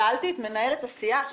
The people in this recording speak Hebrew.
שאלתי את מנהלת הסיעה אם